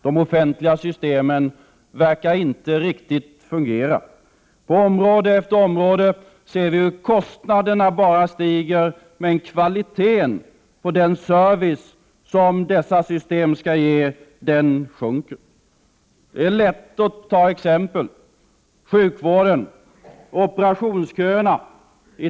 De offentliga systemen verkar inte riktigt fungera. På område efter område ser vi hur kostnaderna bara stiger, men kvaliteten på den service som detta system skall ge sjunker. Det är lätt att ta exempel — sjukvården och operationsköerna.